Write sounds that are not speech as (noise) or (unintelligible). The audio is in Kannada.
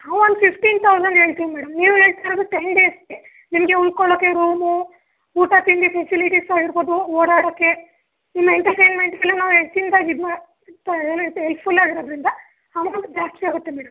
ನಾವು ಒಂದು ಫಿಫ್ಟೀನ್ ತೌಸಂಡ್ ಹೇಳ್ತೀವ್ ಮೇಡಮ್ ನೀವು ಹೇಳ್ತಾ ಇರೋದು ಟೆನ್ ಡೇಸ್ಗೆ ನಿಮಗೆ ಉಳ್ಕೊಳೋಕೆ ರೂಮು ಊಟ ತಿಂಡಿ ಫೆಸಿಲಿಟಿ ಸಹ ಇರ್ಬೋದು ಓಡಾಡೋಕ್ಕೆ ಇನ್ನು ಎಂಟರ್ಟೈನ್ಮೆಂಟ್ಗೆಲ್ಲ ನಾವು ಹೆಚ್ಚಿಂದಾಗಿ ಇದು ಮಾ (unintelligible) ಹೆಲ್ಪ್ಫುಲ್ ಆಗಿರೋದ್ರಿಂದ ಅಮೌಂಟ್ ಜಾಸ್ತಿಯಾಗುತ್ತೆ ಮೇಡಮ್